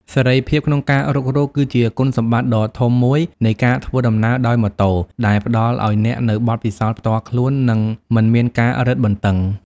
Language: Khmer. សេរីភាពក្នុងការរុករក គឺជាគុណសម្បត្តិដ៏ធំមួយនៃការធ្វើដំណើរដោយម៉ូតូ ដែលផ្តល់ឱ្យអ្នកនូវបទពិសោធន៍ផ្ទាល់ខ្លួន និងមិនមានការរឹតបន្តឹង។